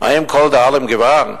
האם כל דאלים גבר?